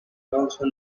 also